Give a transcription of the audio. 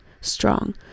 strong